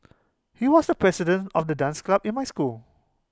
he was the president of the dance club in my school